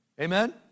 Amen